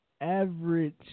average